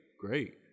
great